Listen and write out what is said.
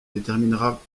déterminera